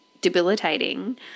debilitating